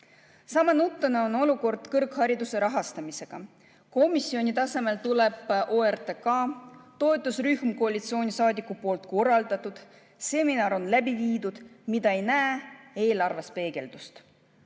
Sama nutune on olukord kõrghariduse rahastamisega. Komisjoni tasemel tuleb ORTK, toetusrühma [kuuluva] koalitsioonisaadiku korraldatud, seminar on läbi viidud. Mida ei näe? Peegeldust